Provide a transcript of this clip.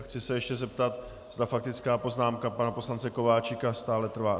Chci se ještě zeptat, zda faktická poznámka pana poslance Kováčika stále trvá.